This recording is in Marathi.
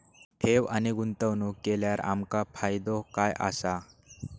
ठेव आणि गुंतवणूक केल्यार आमका फायदो काय आसा?